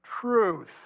Truth